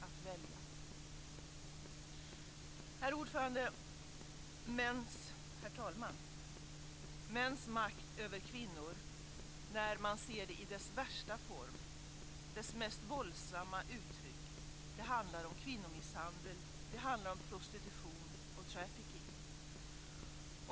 Politik är att välja. Herr talman! Mäns makt över kvinnor, när man ser den i dess värsta form och mest våldsamma uttryck, handlar om kvinnomisshandel, om prostitution och om trafficking.